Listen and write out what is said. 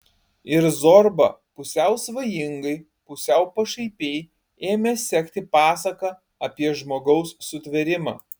ir zorba pusiau svajingai pusiau pašaipiai ėmė sekti pasaką apie žmogaus sutvėrimą